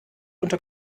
unter